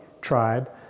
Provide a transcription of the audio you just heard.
tribe